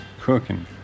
cooking